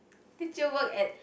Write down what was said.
did you work at